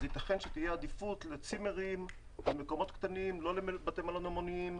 ייתכן שתהיה עדיפות לצימרים ולמקומות קטנים ולא לבתי מלון המוניים,